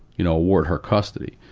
you know, award her custody.